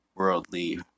Worldly